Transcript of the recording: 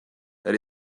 elle